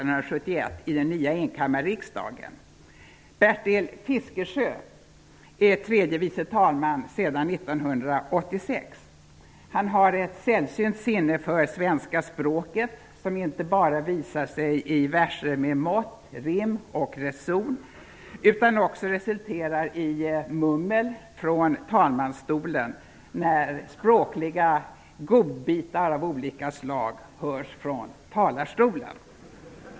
Han har ett sällsynt sinne för svenska språket, som inte bara visar sig i verser med mått, rim och reson utan också resulterar i mummel från talmansstolen när språkliga godbitar av olika slag hörs från talarstolen.